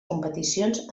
competicions